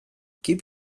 keep